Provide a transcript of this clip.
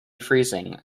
freezing